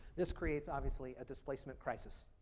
this creates obviously a displacement crisis.